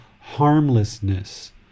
harmlessness